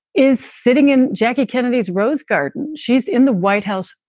is sitting in jackie kennedy's rose garden. she's in the white house.